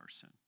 sin